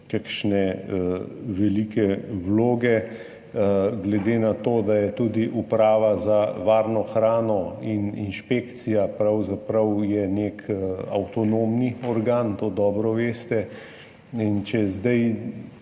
kakšne velike vloge, glede na to, da je tudi uprava za varno hrano in inšpekcija pravzaprav nek avtonomni organ, to dobro veste. In zdaj,